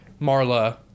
Marla